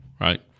right